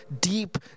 deep